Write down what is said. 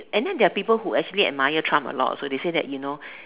and then there are people who actually admire Trump a lot also they say that you know